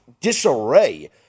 disarray